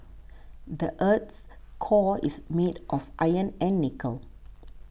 the earth's core is made of iron and nickel